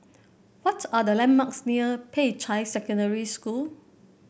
what are the landmarks near Peicai Secondary School